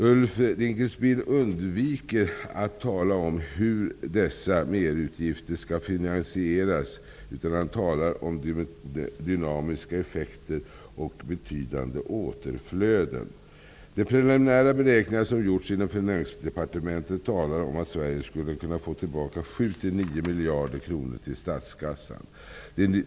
Ulf Dinkelspiel undviker att tala om hur dessa merutgifter skall finansieras, utan han talar om dynamiska effekter och betydande återflöden. De preliminära beräkningar som har gjorts inom Finansdepartementet talar om att Sverige skulle kunna få tillbaka 7--9 miljarder kronor till statskassan.